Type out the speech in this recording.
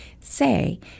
say